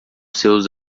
seus